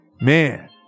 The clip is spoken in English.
Man